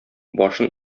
башын